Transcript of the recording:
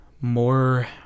more